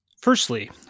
Firstly